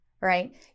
right